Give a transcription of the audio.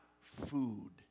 food